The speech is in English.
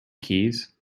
keys